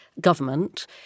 government